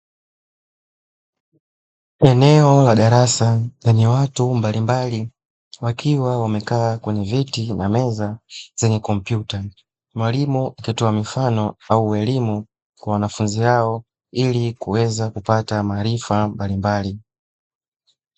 Eneo la darasa lenye watu mbalimbali, wakiwa wamekaa kwenye viti na meza zenye kompyuta, mwalimu akitoa mifano au elimu kwa wanafunzi hao ili kuweza kupata maarifa mbalimbali.